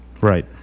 Right